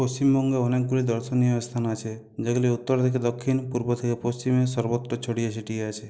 পশ্চিমবঙ্গে অনেকগুলি দর্শনীয় স্থান আছে যেগুলি উত্তর থেকে দক্ষিণ পূর্ব থেকে পশ্চিমে সর্বত্র ছড়িয়ে ছিটিয়ে আছে